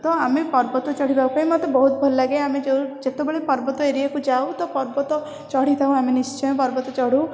ତ ଆମେ ପର୍ବତ ଚଢ଼ିବା ପାଇଁ ମୋତେ ବହୁତ ଭଲ ଲାଗେ ଆମେ ଯେଉଁ ଯେତେବେଳେ ପର୍ବତ ଏରିଆକୁ ଯାଉ ତ ପର୍ବତ ଚଢ଼ି ଥାଉ ଆମେ ନିଶ୍ଚୟ ପର୍ବତ ଚଢ଼ୁ